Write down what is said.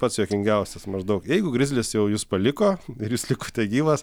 pats juokingiausias maždaug jeigu grizlis jau jus paliko ir jūs likote gyvas